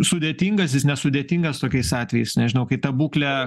sudėtingas jis nesudėtingas tokiais atvejais nežinau kai ta būklė